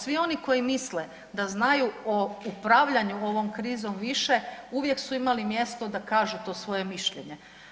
Svi oni koji misle da znaju o upravljanju ovom krizom više uvijek su imali mjesto da kažu to svoje mišljenje.